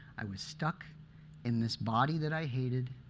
i was stuck in this body that i hated,